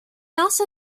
also